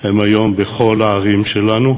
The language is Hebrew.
הם היום בכל הערים שלנו,